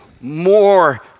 more